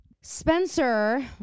Spencer